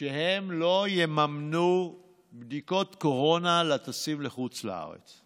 שהן לא יממנו בדיקות קורונה לטסים לחוץ לארץ.